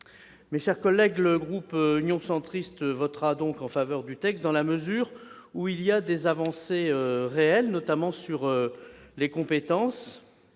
Mes chers collègues, le groupe Union Centriste votera donc en faveur de ce texte, car il contient des avancées réelles, notamment sur les compétences.